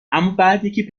امابعدیکی